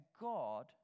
God